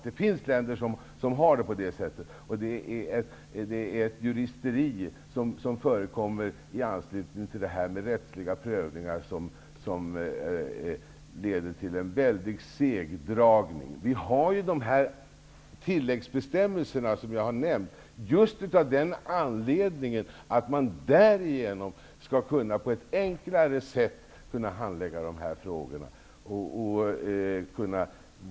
Det finns länder som har det på det sättet, och det förekommer ett ''juristeri'' i an slutning till rättsliga prövningar som leder till en väldigt segdragen process. Vi har ju de tilläggsbestämmelser som jag nämnt, just av den anledningen att man därige nom på ett enklare sätt skall kunna handlägga dessa frågor.